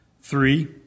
Three